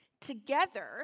Together